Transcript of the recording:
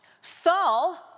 Saul